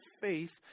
faith